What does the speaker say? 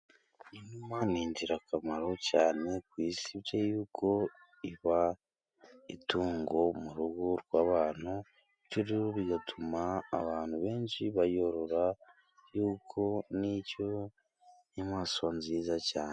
Inuma ni ingirakamaro cyane ku isi, bityo y'uko iba itungo mu rugo rw'abantu, bityo rero bigatuma abantu benshi bayorora, y'uko n'icyo inyamaswa nziza cyane.